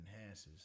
enhances